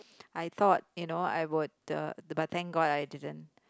I thought you know I would the but thank god I didn't